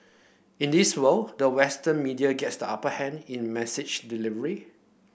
in this world the Western media gets the upper hand in message delivery